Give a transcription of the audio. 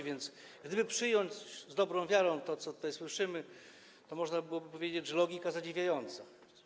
Więc gdyby przyjąć z dobrą wiarą to, co tutaj słyszymy, to można byłoby powiedzieć, że to logika zadziwiająca.